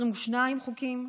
22 חוקים,